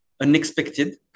unexpected